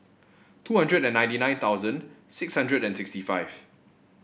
two hundred ninety nine thousand six hundred and sixty five